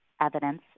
evidence